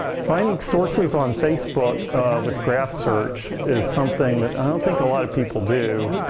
finding sources on facebook with graph search is something that i don't think a lot of people do.